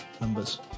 numbers